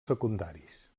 secundaris